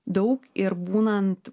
daug ir būnant